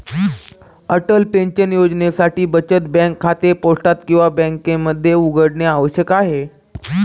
Atal pension योजनेसाठी बचत bank खाते पोस्टात किंवा बँकेमध्ये उघडणे आवश्यक आहे